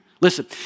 Listen